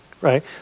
right